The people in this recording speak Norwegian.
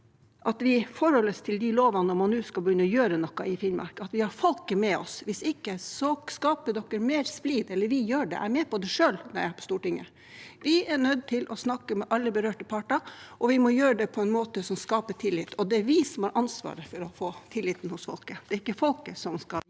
at vi forholder oss til de lovene når man nå skal begynne å gjøre noe i Finnmark, at vi har folket med oss. Hvis ikke skaper dere mer splid – eller vi gjør det, jeg er med på det selv her på Stortinget. Vi er nødt til å snakke med alle berørte parter, og vi må gjøre det på en måte som skaper tillit. Det er vi som har ansvaret for å få tilliten hos folket, det er ikke folket som skal